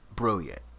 Brilliant